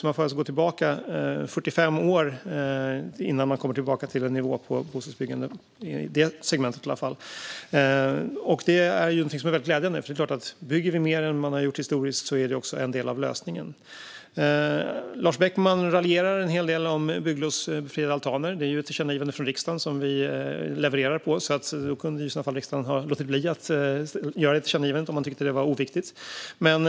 Man får alltså gå tillbaka 45 år för att hitta samma nivå av bostadsbyggande, i alla fall i det segmentet. Detta är självklart väldigt glädjande, för en del av lösningen är att bygga mer än man gjort historiskt. Lars Beckman raljerar en hel del om bygglovsbefriade altaner. Det handlar om ett tillkännagivande från riksdagen som vi nu levererar på, så riksdagen kunde ju ha låtit bli att göra det tillkännagivandet om man tyckte att detta var oviktigt.